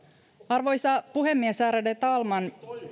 arvoisa puhemies ärade talman